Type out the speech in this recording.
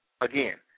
Again